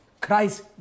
Christ